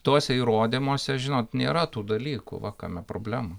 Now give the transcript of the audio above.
tuose įrodymuose žinot nėra tų dalykų va kame problema